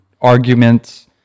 arguments